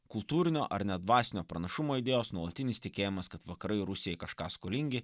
kultūrinio ar net dvasinio pranašumo idėjos nuolatinis tikėjimas kad vakarai rusijai kažką skolingi